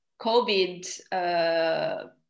COVID